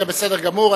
זה בסדר גמור,